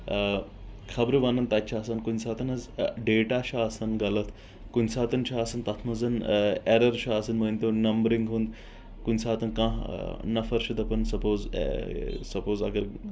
خبرٕ ونان تتہِ چھ آسان کُنہِ ساتہٕ حظ ڈیٹا چھُ آسان غلط کُنہِ ساتہٕ چھ آسان تتھ منٛز ایرر چھُ آسان مٲنۍ تو نمبرِنٛگ ہُنٛد کُنہ ساتہٕ کانٛہہ نفر چھُ دپان سپوز سپوز اگر